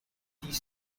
these